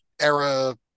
era